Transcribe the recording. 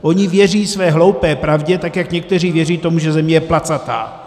Oni věří své hloupé pravdě tak, jak někteří věří tomu, že Země je placatá.